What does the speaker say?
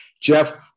Jeff